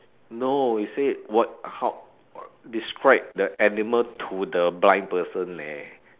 no it said what how wh~ describe the animal to the blind person leh